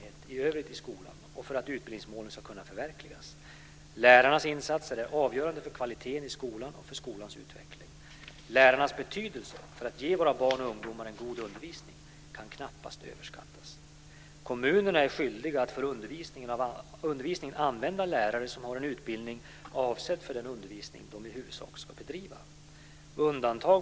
Vi kristdemokrater anser att föräldrarna ska kunna välja vilken omsorgsform de vill ha. När jag läser svaret ser jag att skolministern väldigt tydligt pekar på vuxnas behov.